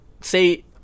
say